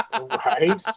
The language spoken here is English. Right